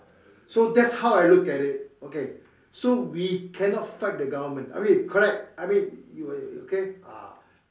so that's how I look at it okay so we cannot fight the government I mean correct I mean you okay ah